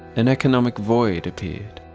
an economic void appeared.